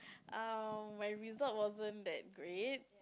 um my result wasn't that great